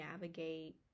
navigate